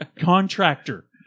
contractor